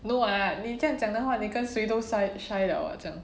no [what] 你这样讲的话你跟谁都 shy 了 [what] 这样